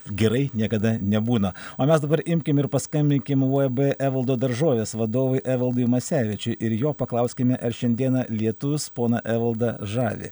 gerai niekada nebūna o mes dabar imkim ir uab evaldo daržovės vadovui evaldui masevičiui ir jo paklauskime ar šiandieną lietus poną evaldą žavi